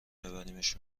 ببریمش